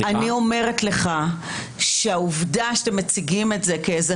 אני אומרת לך שהעובדה שאתם מציגים את זה כאיזה